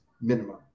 minimum